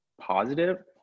positive